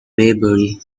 maybury